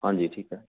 ਹਾਂਜੀ ਠੀਕ ਹੈ